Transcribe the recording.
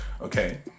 Okay